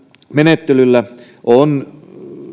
menettelyllä on